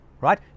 right